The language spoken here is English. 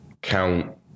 count